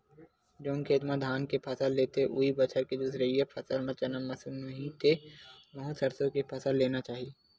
जउन खेत म धान के फसल लेथे, उहीं बछर के दूसरइया फसल म चना, मसूर, नहि ते गहूँ, सरसो के फसल लेना चाही